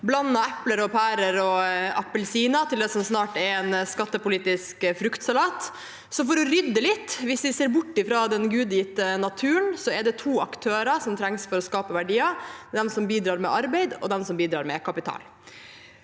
blandet epler, pærer og appelsiner til det som snart er en skattepolitisk fruktsalat. Så for å rydde litt, hvis vi ser bort fra den gudegitte naturen, er det to aktører som trengs for å skape verdier. Det er de som bidrar med arbeid, og de som bidrar med kapital.